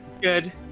Good